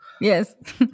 Yes